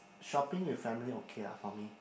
shopping with family okay ah for me